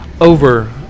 over